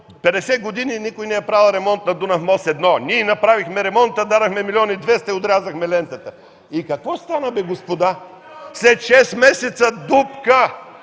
50 години никой не е правил ремонт на Дунав мост-1. Ние направихме ремонта, дадохме милион и 200 и отрязахме лентата.” И какво стана, господа? След шест месеца – дупка.